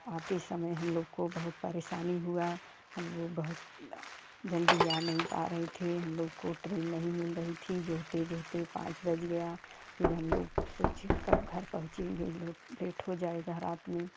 आते समय हम लोग को बहुत परेशानी हुआ हम लोग बहुत जल्दी आ नहीं पा रहे थे हम लोग को ट्रेन नहीं मिल रही थी जोहते जोहते पाँच बज गया फिर हम लोग सोचे कब घर पहुँचेंगे इन लोग लेट हो जाएगा रात में